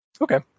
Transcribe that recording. Okay